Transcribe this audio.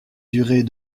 durée